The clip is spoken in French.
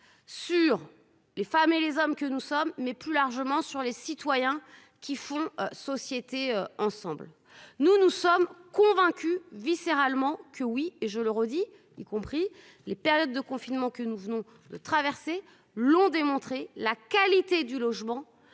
sur les femmes et les hommes que nous sommes, mais plus largement sur les citoyens qui font société ensemble. Nous nous sommes convaincus viscéralement que oui et je le redis, y compris les périodes de confinement que nous venons de traverser l'ont démontré la qualité du logement